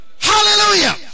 Hallelujah